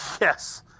Yes